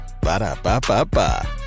Ba-da-ba-ba-ba